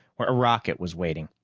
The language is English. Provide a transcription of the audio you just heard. where a rocket was waiting.